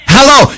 Hello